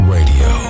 Radio